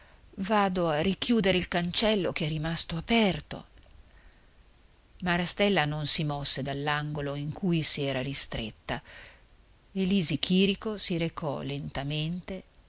vado a richiudere il cancello che è rimasto aperto marastella non si mosse dall'angolo in cui s'era ristretta lisi chìrico si recò lentamente